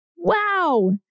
wow